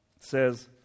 says